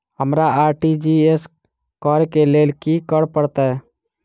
हमरा आर.टी.जी.एस करऽ केँ लेल की करऽ पड़तै?